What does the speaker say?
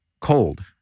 cold